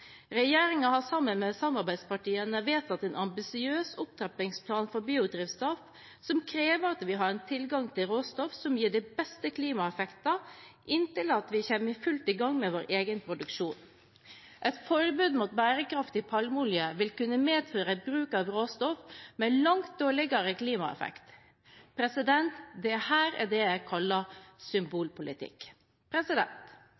har sammen med samarbeidspartiene vedtatt en ambisiøs opptrappingsplan for biodrivstoff som krever at vi har en tilgang på råstoff som gir de beste klimaeffektene inntil vi kommer fullt i gang med vår egen produksjon. Et forbud mot bærekraftig palmeolje vil kunne medføre bruk av råstoff med langt dårligere klimaeffekt. Dette er det jeg kaller